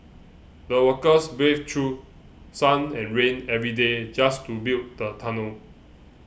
the workers braved through sun and rain every day just to build the tunnel